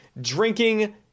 drinking